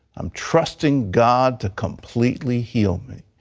i'm trusting god to completely heal me.